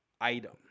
item